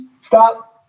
Stop